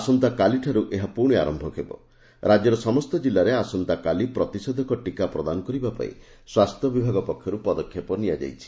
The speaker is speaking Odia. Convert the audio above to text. ଆସନ୍ତାକାଲିଠାରୁ ଏହା ପୁଣି ଆର ସମସ୍ତ ଜିଲ୍ଲାରେ ଆସନ୍ତାକାଲି ପ୍ରତିଷେଧ ଟିକା ପ୍ରଦାନ କରିବା ପାଇଁ ସ୍ନାସ୍ୟ ବିଭାଗ ପକ୍ଷର୍ ପଦକ୍ଷେପ ନିଆଯାଇଛି